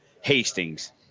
Hastings